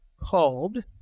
called